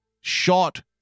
shot